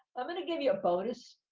i'm gonna give you a bonus